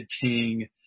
king